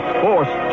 force